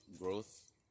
growth